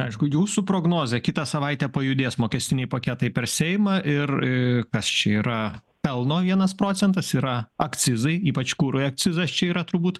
aišku jūsų prognoze kitą savaitę pajudės mokestiniai paketai per seimą ir kas čia yra pelno vienas procentas yra akcizai ypač kurui akcizas čia yra turbūt